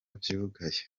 vyugaye